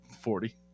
Forty